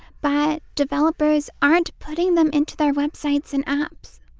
but developers aren't putting them into their websites and apps.